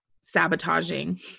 sabotaging